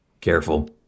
Careful